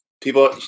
people